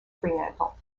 fremantle